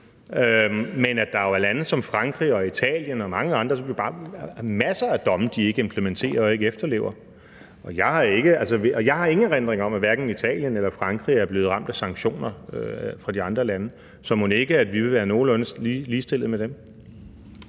men at der jo er lande som Frankrig og Italien og mange andre, som har masser af domme imod sig, som de ikke implementerer og ikke efterlever. Jeg har ingen erindring om, at Italien eller Frankrig er blevet ramt af sanktioner fra de andre lande, så mon ikke vi vil være nogenlunde ligestillet med dem.